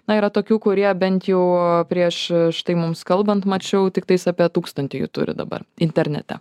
na yra tokių kurie bent jau prieš štai mums kalbant mačiau tiktais apie tūkstantį jų turi dabar internete